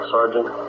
Sergeant